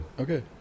Okay